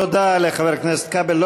תודה לחבר הכנסת כבל.